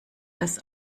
das